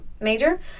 major